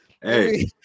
Hey